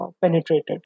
penetrated